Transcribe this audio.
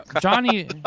Johnny